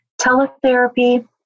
teletherapy